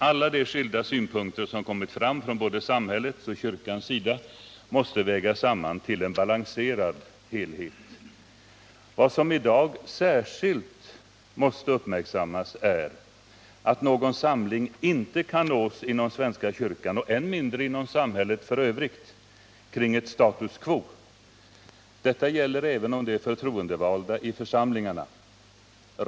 Alla de skilda synpunkter som kommit fram från både samhällets och kyrkans sida måste vägas samman till en balanserad helhet. Vad som i dag måste särskilt uppmärksammas är att någon samling inte kan nås inom svenska kyrkan — och än mindre inom samhället i övrigt — kring ett status quo. Detta gäller även om de förtroendevalda i församlingarna.